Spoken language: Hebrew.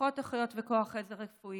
פחות אחיות וכוח עזר רפואי,